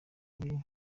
kuri